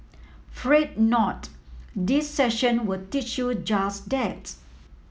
fret not this session will teach you just that